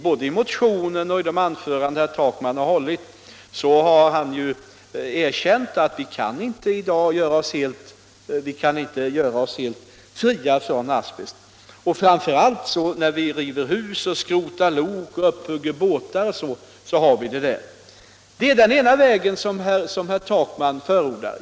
Både i motionen och i de anföranden herr Takman har hållit här har han ju erkänt att vi i dag inte kan göra oss helt fria från asbest. Framför allt när vi river hus, skrotar lok och hugger upp båtar har vi den där. Herr Takman förordar den ena vägen, nämligen förbud mot asbest.